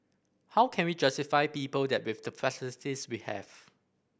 how can we justify people that with the facilities we have